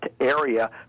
area